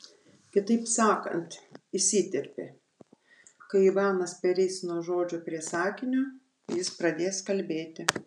kitaip sakant įsiterpė kai ivanas pereis nuo žodžio prie sakinio jis pradės kalbėti